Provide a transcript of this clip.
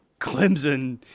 Clemson